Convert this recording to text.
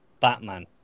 Batman